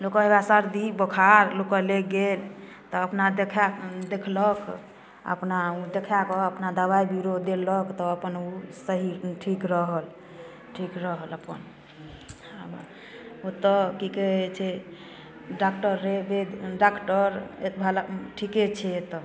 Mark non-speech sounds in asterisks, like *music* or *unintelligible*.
लोक के हउवए सर्दी बोखार लोक के लागि गेल तऽ अपना देखाए देखलक अपना देखाए कऽ अपना दबाइ बीरो देलक तऽ अपन ओ सही ठीक रहल ठीक रहल अपन तऽ *unintelligible* कि कहै छै डॉक्टर रे बैद्य डॉक्टर एक भला ठीके छै एतऽ